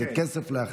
זה כסף להכנה,